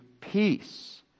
peace